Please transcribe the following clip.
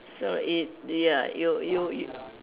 so it ya you you you